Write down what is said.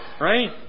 Right